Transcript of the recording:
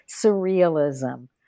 surrealism